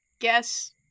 guess